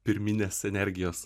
pirminės energijos